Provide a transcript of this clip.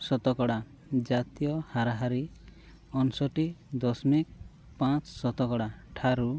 ଶତକଡ଼ା ଜାତୀୟ ହାରାହାରି ଅଂଶଟି ଦଶମିକ ପାଞ୍ଚ ଶତକଡ଼ା ଠାରୁ